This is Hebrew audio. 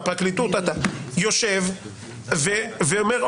בפרקליטות יושב ואומר,